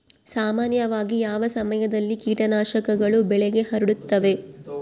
ಸಾಮಾನ್ಯವಾಗಿ ಯಾವ ಸಮಯದಲ್ಲಿ ಕೇಟನಾಶಕಗಳು ಬೆಳೆಗೆ ಹರಡುತ್ತವೆ?